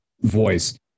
voice